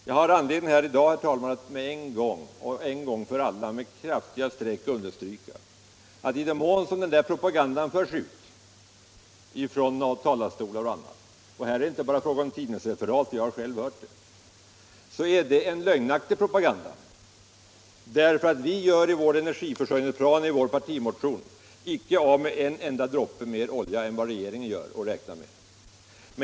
Jag har anledning att här i dag, herr talman, en gång för alla med kraftiga streck understryka att i den mån den propagandan förs ut från talarstolar och på annat sätt — och det är inte bara fråga om tidningsreferat, för jag har själv hört detta — är det en lögnaktig propaganda. Vi gör enligt vårt energiförsörjnings program i partimotionen icke av med en enda droppe olja mer än vad regeringen räknar med.